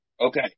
Okay